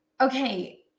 Okay